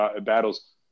battles